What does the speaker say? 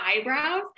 eyebrows